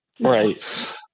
Right